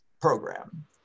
program